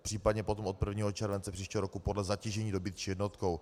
Případně potom od 1. července příštího roku podle zatížení dobytčí jednotkou.